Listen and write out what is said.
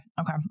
Okay